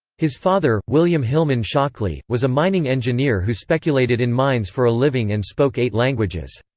his father, william hillman shockley, was a mining engineer who speculated in mines for a living and spoke eight languages.